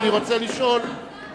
מדוע חוק שכתוב במיוחד לאיוב קרא?